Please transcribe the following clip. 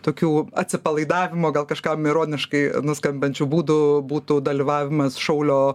tokių atsipalaidavimo gal kažkam ironiškai nuskambančių būdų būtų dalyvavimas šaulio